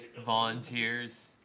volunteers